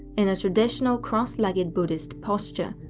in traditional cross-legged buddhist posture,